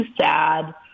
sad